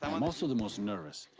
and i'm also the most nervous.